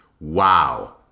wow